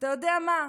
אתה יודע מה,